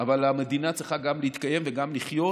אבל המדינה צריכה גם להתקיים וגם לחיות,